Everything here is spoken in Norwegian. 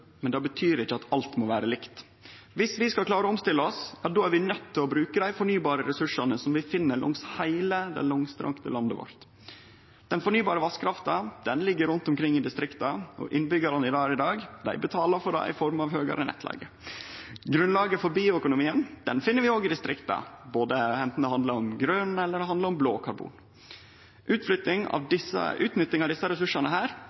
men det betyr ikkje at alt må vere likt. Dersom vi skal klare å omstille oss, er vi nøydde til å bruke dei fornybare ressursane som vi finn langs heile det langstrekte landet vårt. Den fornybare vasskrafta ligg rundt omkring i distrikta, og innbyggjarane betaler for det i form at høgare nettleige. Grunnlaget for bioøkonomien finn vi også i distrikta, anten det handlar om grøne eller om blå karbon. Utnytting av desse ressursane